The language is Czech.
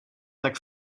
tak